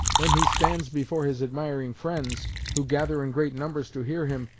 when he stands before his admiring friends, who gather in great numbers to hear him,